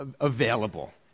available